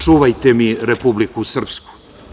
Čuvajte mi Republiku Srpsku“